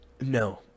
No